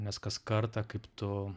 nes kas kartą kaip tu